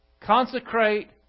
Consecrate